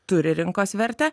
turi rinkos vertę